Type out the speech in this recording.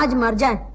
ah mirza.